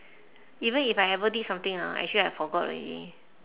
even if I ever did something ah actually I forgot already